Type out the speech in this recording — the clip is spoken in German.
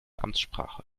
amtssprache